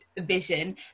vision